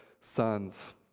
sons